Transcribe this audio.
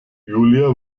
julia